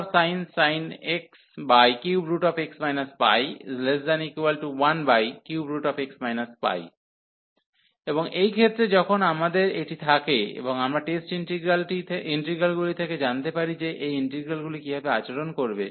sin x 3x π13x π এবং এই ক্ষেত্রে যখন আমাদের এটি থাকে এবং আমরা টেস্ট ইন্টিগ্রালগুলি থেকে জানতে পারি যে এই ইন্টিগ্রালগুলি কীভাবে আচরণ করবে